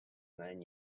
nine